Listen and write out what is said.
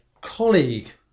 colleague